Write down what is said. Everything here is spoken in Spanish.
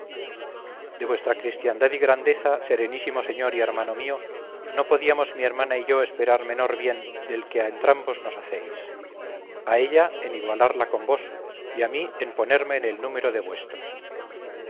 de vuestra cristiandad y grandeza serenísimo señor y hermano mío no podíamos mi hermana y yo esperar menor bien del que a entrambos nos hacéis a ella en igualarla con vos y a mí en ponerme en el número de vuestro